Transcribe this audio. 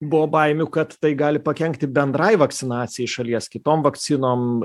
buvo baimių kad tai gali pakenkti bendrai vakcinacijai šalies kitom vakcinom